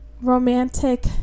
romantic